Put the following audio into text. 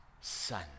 son